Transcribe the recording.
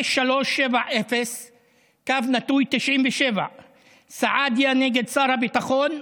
בבג"ץ 5370/97 סעדיה נ' שר הביטחון,